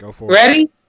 Ready